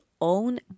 own